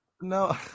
No